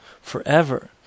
forever